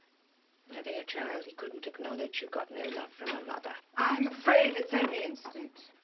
and a a child he couldn't acknowledge. who got no love from her mother. i'm afraid it's only instant.